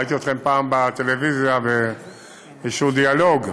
ראיתי אתכם פעם בטלוויזיה באיזה דיאלוג,